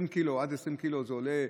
עד 20 קילו זה עולה,